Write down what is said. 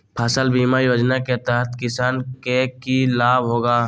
फसल बीमा योजना के तहत किसान के की लाभ होगा?